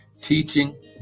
teaching